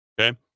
Okay